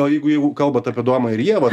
o jeigu jau kalbat apie adomą ir ievą